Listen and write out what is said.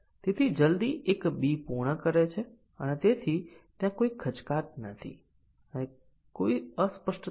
અને તેથી જો આપણી પાસે દસ બેઝીક કન્ડીશનો છે તો આપણેમલ્ટીપલ કન્ડીશન કવરેજ પ્રાપ્ત કરવા માટે મિલિયન ટેસ્ટીંગ કેસની જરૂર છે